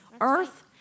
earth